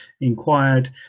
inquired